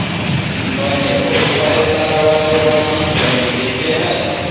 मैंने बहुत सारे तार वाले वाद्य यंत्र देखे हैं